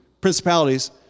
principalities